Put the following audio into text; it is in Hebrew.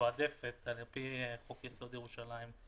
מתועדפת על פי חוק יסוד: ירושלים.